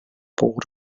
pogut